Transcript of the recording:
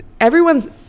everyone's